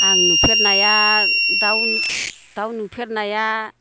आं नुफेरनाया दाउ नुफेरनाया